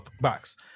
box